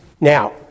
Now